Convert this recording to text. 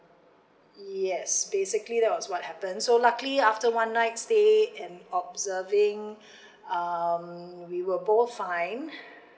yes basically that was what happened so luckily after one night stayed and observing um we were both fine